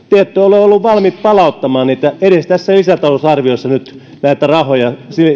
te ette ole ole olleet valmiit palauttamaan edes tässä lisätalousarviossa nyt näitä rahoja